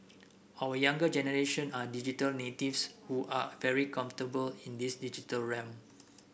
our younger generation are digital natives who are very comfortable in this digital realm